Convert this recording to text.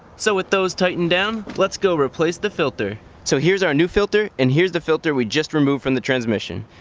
so with those tightened down, let's go replace the filter. so here's our new filter and here's the filter we just removed from the transmission.